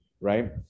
right